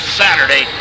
saturday